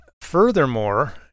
furthermore